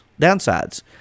downsides